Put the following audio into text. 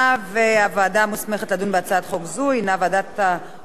והוועדה המוסמכת לדון בהצעת חוק זו הינה ועדת החוקה,